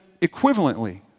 equivalently